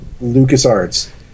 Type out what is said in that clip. LucasArts